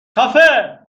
خفه